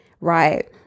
right